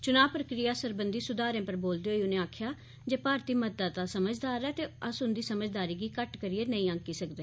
चुनां पक्रिया सरबंधी सुधारें पर बोलदे होई उनें आक्खेआ जे भारतीय मतदाता समझदार ऐ ते अस उंदी समझदारी गी घट्ट करियै नेई आंकी सकदे